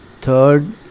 Third